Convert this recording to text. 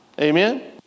Amen